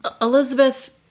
Elizabeth